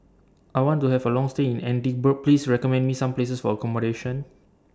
I want to Have A Long stay in Edinburgh Please recommend Me Some Places For accommodation